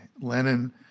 Lenin